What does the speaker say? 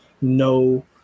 no